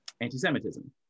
anti-Semitism